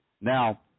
Now